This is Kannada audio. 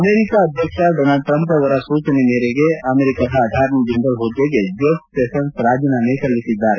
ಅಮೆರಿಕ ಅಧ್ಯಕ್ಷ ಡೊನಾಲ್ಡ್ ಟ್ರಂಪ್ ಅವರ ಸೂಚನೆಯ ಮೇರೆಗೆ ಅಮೆರಿಕದ ಅಟಾರ್ನಿ ಜನರಲ್ ಹುದ್ದೆಗೆ ಜೆಫ್ ಸೆಷನ್ಸ್ ರಾಜೀನಾಮೆ ಸಲ್ಲಿಸಿದ್ದಾರೆ